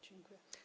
Dziękuję.